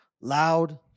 loud